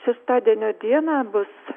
šeštadienio dieną bus